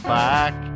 back